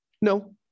No